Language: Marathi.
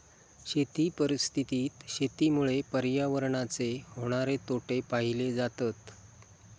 शेती परिस्थितीत शेतीमुळे पर्यावरणाचे होणारे तोटे पाहिले जातत